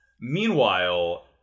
Meanwhile